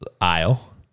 aisle